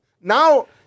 Now